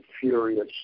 furious